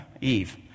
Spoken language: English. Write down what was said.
Eve